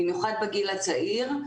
במיוחד בגיל הצעיר,